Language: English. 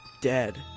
dead